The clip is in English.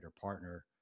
partner